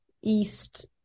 east